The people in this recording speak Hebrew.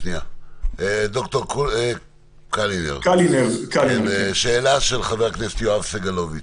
ד"ר קלינר, שאלה של חבר הכנסת יואב סגלוביץ'.